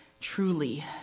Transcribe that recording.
truly